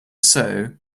sow